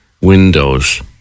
windows